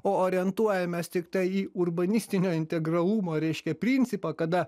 o orientuojamės tiktai į urbanistinio integralumo reiškia principą kada